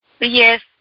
Yes